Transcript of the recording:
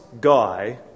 guy